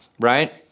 right